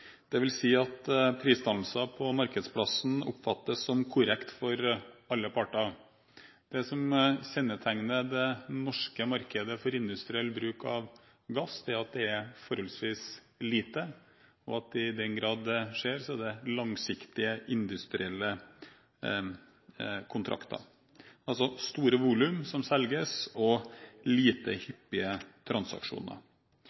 si at prisdannelser på markedsplassen oppfattes som korrekt for alle parter. Det som kjennetegner det norske markedet for industriell bruk av gass, er at det er forholdsvis lite, at det – i den grad det skjer – er langsiktige industrielle kontrakter, altså store volum, som selges, og at det er lite